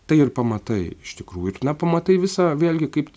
tai ir pamatai iš tikrųjų ir na pamatai visą vėlgi kaip